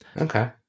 okay